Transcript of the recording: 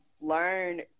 learn